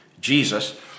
Jesus